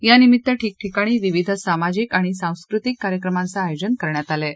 यानिमित्त ठिकठिकाणी विविध सामाजिक सांस्कृतिक कार्यक्रमांचं आयोजन करण्यात आलं आहे